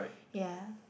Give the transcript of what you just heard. ya